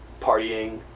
partying